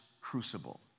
crucible